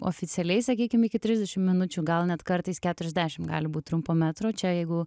oficialiai sakykim iki trisdešim minučių gal net kartais keturiasdešim gali būt trumpo metro čia jeigu